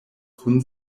kun